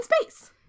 space